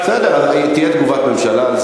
בסדר, תהיה על זה תגובת ממשלה.